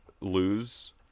lose